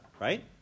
right